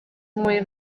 muy